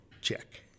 check